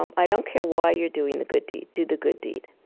um i don't care why you're doing the good deed. do the good deed.